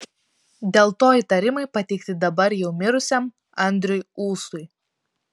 dėl to įtarimai pateikti dabar jau mirusiam andriui ūsui